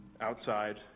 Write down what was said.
outside